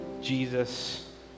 Jesus